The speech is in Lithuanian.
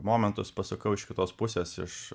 momentus pasukau iš kitos pusės iš